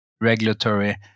regulatory